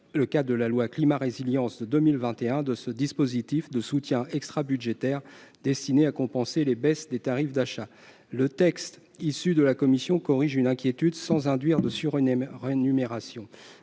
effets, ou loi Climat et résilience, de ce dispositif de soutien extrabudgétaire, destiné à compenser les baisses des tarifs d'achat. Le texte issu des travaux de la commission corrige une iniquité sans induire de surrémunération.